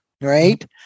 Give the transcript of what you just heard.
right